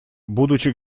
будучи